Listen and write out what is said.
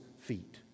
feet